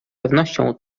pewnością